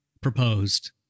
proposed